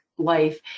life